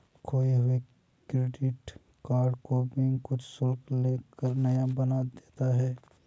खोये हुए credit card को बैंक कुछ शुल्क ले कर नया बना देता है